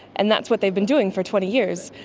and that's what they've been doing for twenty years.